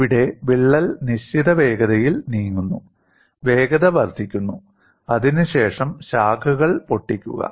ഇവിടെ വിള്ളൽ നിശ്ചിത വേഗതയിൽ നീങ്ങുന്നു വേഗത വർദ്ധിക്കുന്നു അതിനുശേഷം ശാഖകൾ പൊട്ടിക്കുക